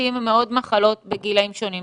מתים מעוד מחלות בגילאים שונים.